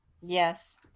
Yes